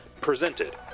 presented